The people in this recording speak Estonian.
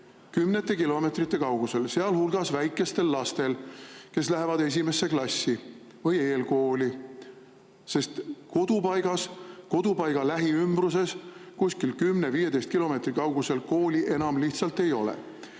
Kümnete kilomeetrite kaugusel, sealhulgas väikestel lastel, kes lähevad esimesse klassi või eelkooli, sest kodupaigas ja selle lähiümbruses, kuskil 10–15 kilomeetri kaugusel kooli enam lihtsalt ei ole.